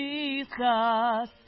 Jesus